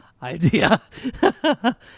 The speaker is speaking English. idea